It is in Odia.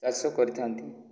ଚାଷ କରିଥାନ୍ତି